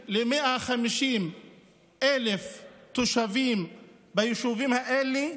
120,000 ל-150,000 תושבים ביישובים האלה,